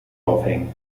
aufhängen